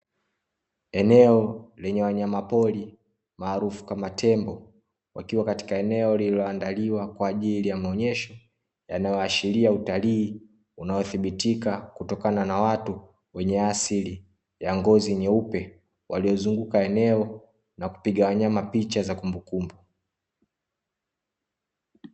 Eneo lenye wanyama pori maarufu kama tembo, wakiwa katika eneo lililo andaliwa kwa ajili ya maonyesho yanayo ashiria utalii, unaothibitika kutokana na watu wenye asili ya ngozi nyeupe, waliozunguka eneo na kupiga wanyama picha za kumbukumbu.